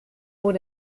oer